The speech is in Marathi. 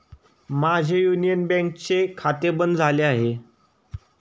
माझे युनियन बँकेचे खाते बंद झाले आहे